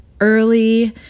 early